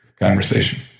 conversation